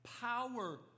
power